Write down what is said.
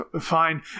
Fine